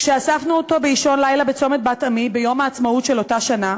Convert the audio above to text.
כשאספנו אותו באישון לילה בצומת בית-עמי ביום העצמאות של אותה שנה,